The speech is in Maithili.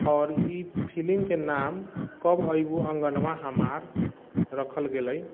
आओर ई फिलिमके नाम कब अयबू अङ्गनमा हमार रखल गेलै